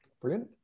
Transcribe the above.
brilliant